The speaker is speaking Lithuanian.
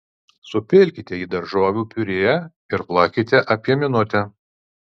supilkite į daržovių piurė ir plakite apie minutę